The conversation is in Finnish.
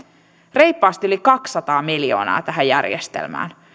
reippaasti yli kaksisataa miljoonaa tähän järjestelmään